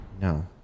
No